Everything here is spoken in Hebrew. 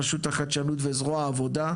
רשות החדשנות וזרוע העבודה,